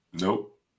Nope